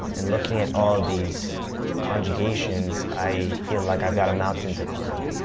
um and looking at all these conjugations, i feel like i've got a mountain to climb.